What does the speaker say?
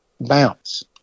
bounce